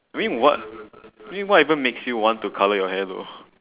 I mean what what even makes you want to colour your hair though